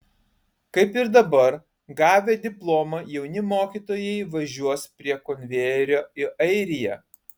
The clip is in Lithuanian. kaip ir dabar gavę diplomą jauni mokytojai važiuos prie konvejerio į airiją